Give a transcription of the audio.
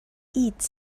eats